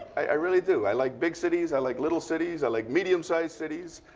i really do. i like big cities. i like little cities. i like medium sized cities.